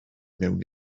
mewn